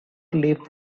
leaf